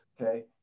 okay